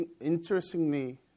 interestingly